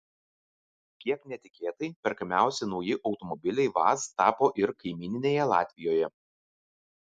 kiek netikėtai perkamiausi nauji automobiliai vaz tapo ir kaimyninėje latvijoje